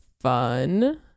fun